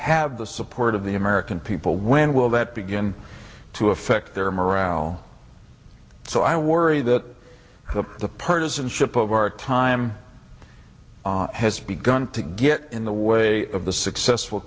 have the support of the american people when will that begin to affect their morale so i worry that the the partisanship of our time on has begun to get in the way of the successful